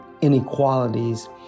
inequalities